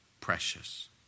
precious